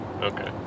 okay